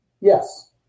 Yes